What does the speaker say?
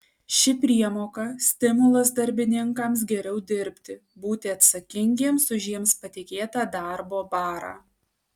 ši priemoka stimulas darbininkams geriau dirbti būti atsakingiems už jiems patikėtą darbo barą